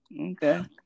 okay